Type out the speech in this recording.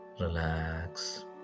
Relax